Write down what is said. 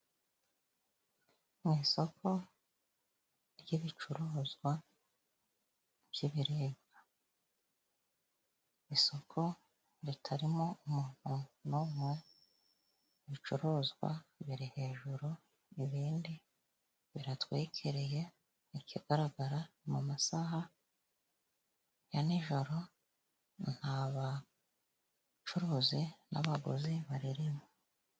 Mwisoko ryibicuruzwa byibiribwa, isoko ritarimo umuntu numwe mu bicuruzwa biri hejuru ibindi biratwikiye ikigaragara mu masaha ya nijoro nta bacuruzi n'abaguzi baririmo.